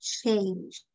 change